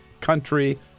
country